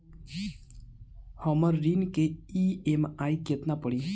हमर ऋण के ई.एम.आई केतना पड़ी?